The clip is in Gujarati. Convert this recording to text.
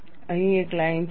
તમારી પાસે અહીં એક લાઇન છે